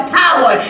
power